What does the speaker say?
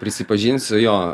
prisipažinsiu jo